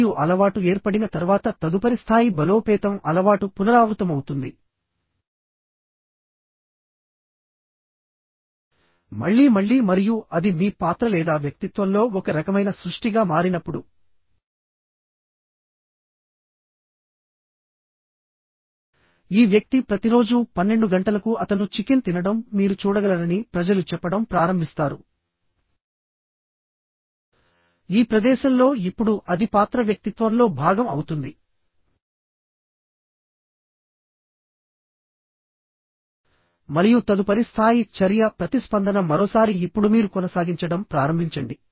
మరియు అలవాటు ఏర్పడిన తర్వాత తదుపరి స్థాయి బలోపేతం అలవాటు పునరావృతమవుతుంది మళ్ళీ మళ్ళీ మరియు అది మీ పాత్ర లేదా వ్యక్తిత్వంలో ఒక రకమైన సృష్టిగా మారినప్పుడు ఈ వ్యక్తి ప్రతిరోజూ పన్నెండు గంటలకు అతను చికెన్ తినడం మీరు చూడగలరని ప్రజలు చెప్పడం ప్రారంభిస్తారు ఈ ప్రదేశంలో ఇప్పుడు అది పాత్ర వ్యక్తిత్వంలో భాగం అవుతుంది మరియు తదుపరి స్థాయి చర్య ప్రతిస్పందన మరోసారి ఇప్పుడు మీరు కొనసాగించడం ప్రారంభించండి